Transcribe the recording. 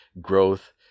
growth